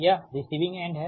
यह receiving end है